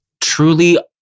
truly